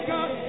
God